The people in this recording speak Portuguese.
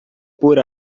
por